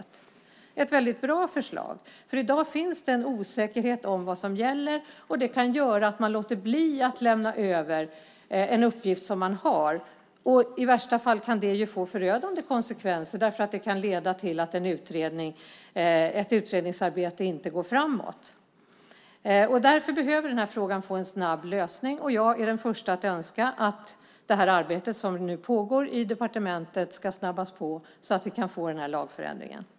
Det är ett väldigt bra förslag. I dag finns det en osäkerhet om vad som gäller. Det kan göra att man låter bli att lämna över en uppgift som man har. I värsta fall kan det få förödande konsekvenser. Det kan leda till att ett utredningsarbete inte går framåt. Därför behöver frågan få en snabb lösning. Jag är den första att önska att det arbete som nu pågår i departementet snabbas på, så att vi kan få denna lagförändring.